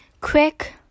quick